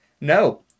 no